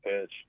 pitch